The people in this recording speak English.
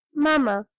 mamma,